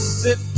sit